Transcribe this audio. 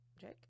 jake